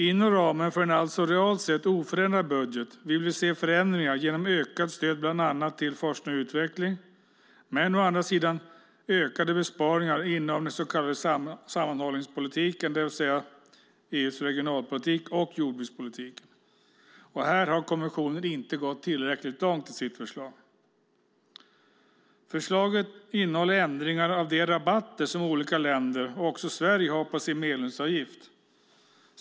Inom ramen för en alltså realt sett oförändrad budget vill vi se förändringar genom ökat stöd bland annat till forskning och utveckling men å andra sidan ökade besparingar inom den så kallade sammanhållningspolitiken, det vill säga EU:s regionalpolitik och jordbrukspolitiken. Här har kommissionen inte gått tillräckligt långt i sitt förslag. Förslaget innehåller ändringar av de rabatter som olika länder, också Sverige, har på sin medlemsavgift.